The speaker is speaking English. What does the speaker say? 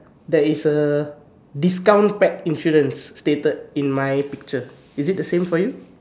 there is a discount pack insurance stated in my picture is it the same for you